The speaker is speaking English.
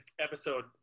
episode